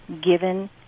given